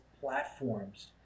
platforms